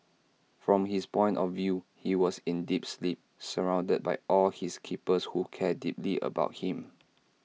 from his point of view he was in deep sleep surrounded by all his keepers who care deeply about him